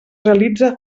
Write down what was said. realitza